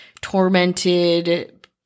tormented